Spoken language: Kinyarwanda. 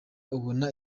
ubona